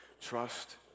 Trust